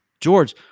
George